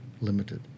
limited